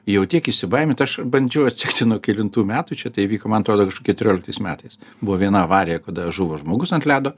jau tiek įsibaiminta aš bandžiau atsekti nuo kelintų metų čia tai įvyko man atrodo keturioliktais metais buvo viena avarija kada žuvo žmogus ant ledo